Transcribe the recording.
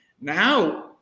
Now